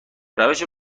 روش